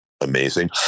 amazing